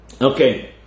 Okay